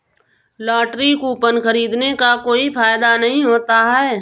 lottery coupon खरीदने का कोई फायदा नहीं होता है